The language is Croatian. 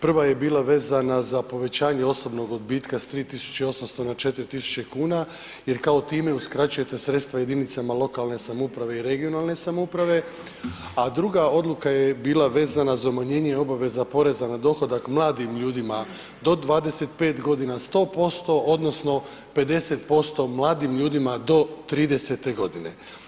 Prva je bila vezana za povećanje osobnog odbitka s 3.800 na 4.000 kuna jer kao time uskraćujete sredstva jedinicama lokalne samouprave i regionalne samouprave, a druga odluka je bila vezana za umanjenje obaveza poreza na dohodak mladim ljudima do 25 godina 100% odnosno 50% mladim ljudima do 30 godine.